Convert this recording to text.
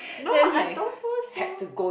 no I don't false so